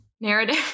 narrative